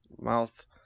mouth